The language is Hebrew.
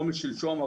לא משלשום.